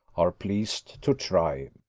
are pleased to try.